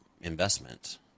investment